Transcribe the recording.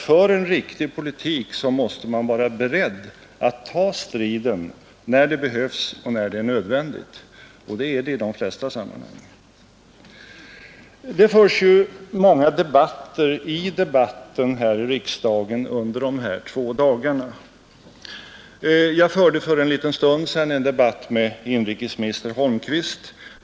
För en riktig politik måste man vara beredd att ta striden, när det behövs och är nödvändigt. Och det är det i de flesta sammanhang. Det har förts och förs många debatter i debatten här i riksdagen under dessa två dagar. För en liten stund sedan förde jag en debatt med inrikesminister Holmqvist.